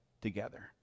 together